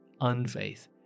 unfaith